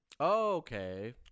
Okay